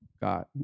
god